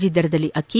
G ದರದಲ್ಲಿ ಅಕ್ಕಿ